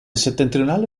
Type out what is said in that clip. settentrionale